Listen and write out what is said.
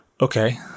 okay